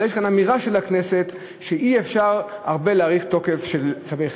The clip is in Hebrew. אבל יש כאן אמירה של הכנסת שאי-אפשר להאריך הרבה תוקף של צווי חירום.